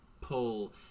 pull